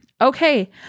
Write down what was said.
Okay